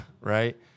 right